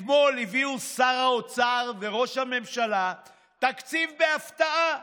אתמול הביאו שר האוצר וראש הממשלה תקציב בהפתעה,